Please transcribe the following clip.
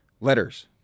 letters